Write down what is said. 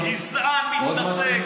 גזען, מתנשא.